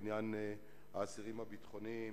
לאסירים הביטחוניים,